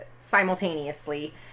simultaneously